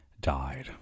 died